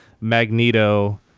Magneto